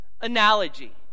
analogy